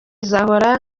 izahora